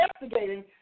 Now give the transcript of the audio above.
investigating